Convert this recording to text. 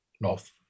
North